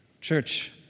Church